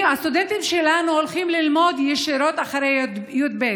הסטודנטים שלנו הולכים ללמוד ישירות אחרי י"ב.